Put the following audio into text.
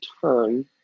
turn